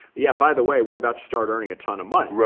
yeah, by the way, we're about to start earning a ton of money.